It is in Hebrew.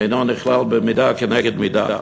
זה אינו נכלל במידה כנגד מידה.